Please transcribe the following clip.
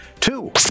two